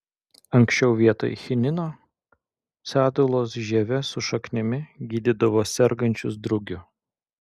anksčiau vietoj chinino sedulos žieve su šaknimi gydydavo sergančius drugiu